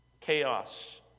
Chaos